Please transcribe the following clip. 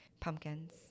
pumpkins